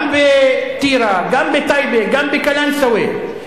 גם בטירה, גם בטייבה, גם בקלנסואה.